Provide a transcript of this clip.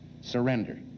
surrender